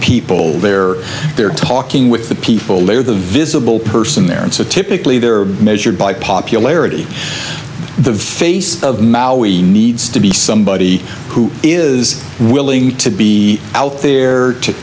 people they're there talking with the people they are the visible person there and so typically they're measured by popularity the face of maui needs to be somebody who is willing to be out there